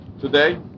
Today